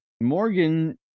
Morgan